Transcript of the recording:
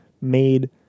made